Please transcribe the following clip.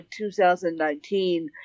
2019